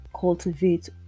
cultivate